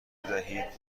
بدهید